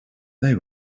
they